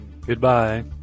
Goodbye